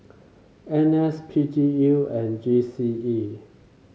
N S P G U and G C E